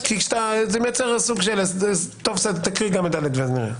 תקריאי ונראה.